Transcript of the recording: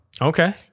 Okay